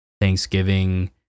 Thanksgiving